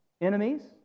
Enemies